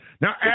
Now